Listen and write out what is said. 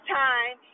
time